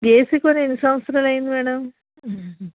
AC కొని ఎన్ని సంవత్సరాలు అయ్యింది మ్యాడమ్